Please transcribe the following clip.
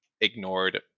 ignored